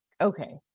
okay